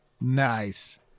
Nice